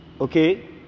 Okay